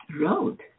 road